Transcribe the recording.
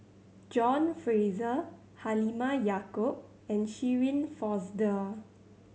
John Fraser Halimah Yacob and Shirin Fozdar